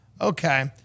okay